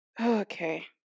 Okay